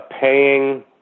paying